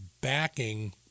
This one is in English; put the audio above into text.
backing